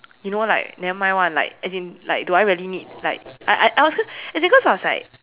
you know like nevermind [one] like as in like do I really need like I I it was cause as in cause I was like